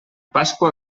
pasqua